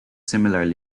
similarly